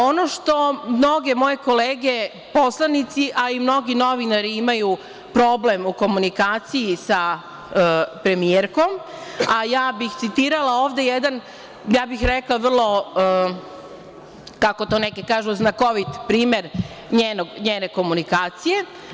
Ono što mnoge moje kolege poslanici, a i mnogi novinari imaju problem u komunikaciji sa premijerkom, a ja bih citirala ovde, ja bih rekla, vrlo, kako to neki kažu, znakovit primer njene komunikacije.